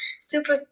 super